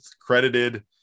credited